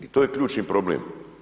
I to je ključni problem.